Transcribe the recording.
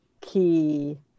key